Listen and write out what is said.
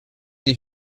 die